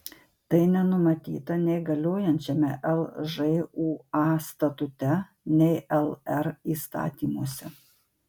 tai nenumatyta nei galiojančiame lžūa statute nei lr įstatymuose